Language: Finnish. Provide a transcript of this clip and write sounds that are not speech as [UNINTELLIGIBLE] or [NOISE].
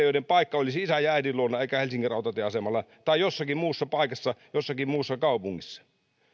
[UNINTELLIGIBLE] joiden paikka olisi isän ja äidin luona eikä helsingin rautatieasemalla tai jossakin muussa paikassa jossakin muussa kaupungissa